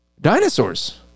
dinosaurs